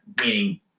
meaning